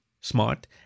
smart